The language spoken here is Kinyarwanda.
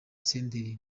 senderi